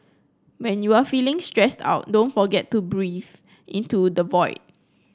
when you are feeling stressed out don't forget to breathe into the void